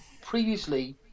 previously